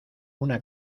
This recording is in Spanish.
una